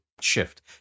shift